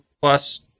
plus